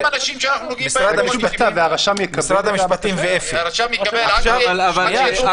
ששר המשפטים, באישור